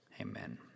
Amen